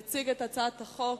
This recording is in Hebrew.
התשס"ט 2009. יציג את הצעת החוק